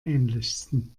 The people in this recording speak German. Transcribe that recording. ähnlichsten